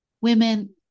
women